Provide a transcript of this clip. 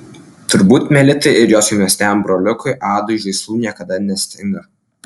turbūt melitai ir jos jaunesniajam broliukui adui žaislų niekada nestinga